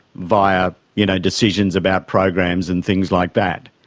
via you know decisions about programs and things like that.